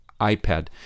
iPad